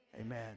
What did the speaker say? amen